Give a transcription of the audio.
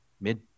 mid